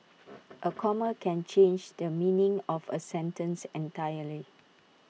A comma can change the meaning of A sentence entirely